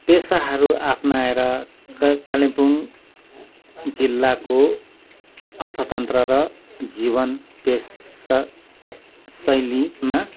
पेसाहरू अप्नाएर कल कालिम्पोङ जिल्लाको अर्थतन्त्र र जीवन पेसाशैलीमा